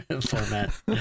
format